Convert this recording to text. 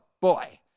boy